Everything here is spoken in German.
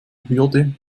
hürde